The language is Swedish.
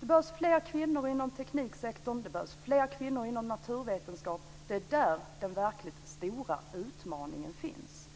Det behövs fler kvinnor inom tekniksektorn. Det behövs fler kvinnor inom naturvetenskapen. Det är där den verkligt stora utmaningen finns.